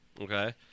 Okay